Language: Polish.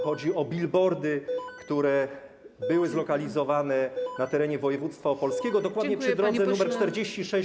Chodzi o billboardy, które były zlokalizowane na terenie województwa opolskiego, dokładnie przy drodze nr 46.